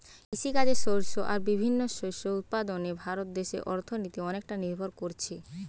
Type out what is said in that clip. কৃষিকাজের শস্য আর বিভিন্ন শস্য উৎপাদনে ভারত দেশের অর্থনীতি অনেকটা নির্ভর কোরছে